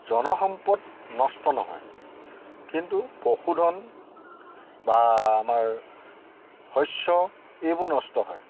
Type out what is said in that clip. জন সম্পদ নষ্ট নহয় কিন্তু পশুধন বা আমাৰ শস্য এইবোৰ নষ্ট হয়